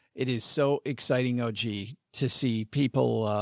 it is so exciting. oh, gee. to see people, ah,